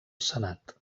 senat